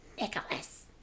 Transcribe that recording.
Nicholas